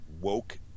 woke